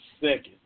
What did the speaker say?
second